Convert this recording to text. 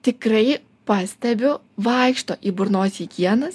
tikrai pastebiu vaikšto į burnos higieną